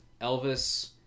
Elvis